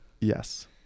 Yes